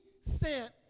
sent